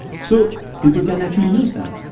so people can actually use that.